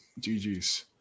GGS